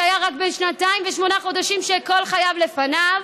שהיה רק בן שנתיים ושמונה חודשים וכל חייו לפניו,